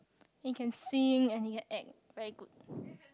he can sing and he can act very good